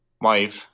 wife